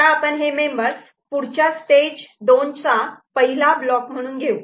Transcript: आता आपण हे मेंबर्स पुढच्या स्टेज 2 चा पहिला ब्लॉक म्हणून घेऊ